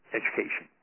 education